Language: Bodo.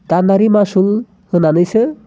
दानारि मासुल होननानैसो